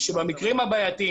שבמקרים הבעייתיים,